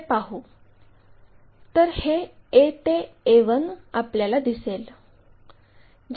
तर हे a ते a1 आपल्याला दिसेल